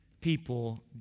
people